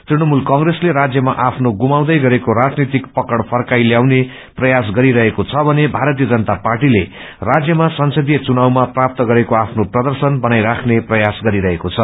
तृणमूल कंप्रेसले राज्यामा आफ्नो गुमाउँदै गरेको राजनीतिक पकङ फर्काईल्याउने प्रयास गरिरहेको छ भने भारतीय जनता पार्टीले राज्यमा संसदीय घुनावामा प्राप्त गरेको आफ्नो प्रर्दशन बनाईराख्ने प्रयास गरिरहेको छ